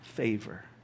favor